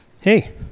Hey